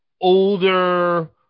older